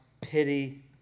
pity